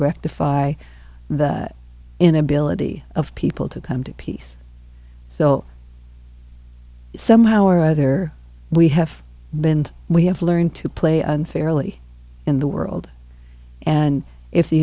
rectify that inability of people to come to peace so somehow or other we have been we have learned to play unfairly in the world and if the